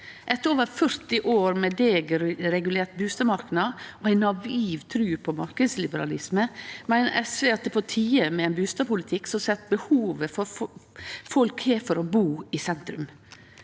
Etter over 40 år med deregulert bustadmarknad og ei naiv tru på marknadsliberalisme meiner SV det er på tide med ein bustadpolitikk som set behovet folk har for å bu, i sentrum.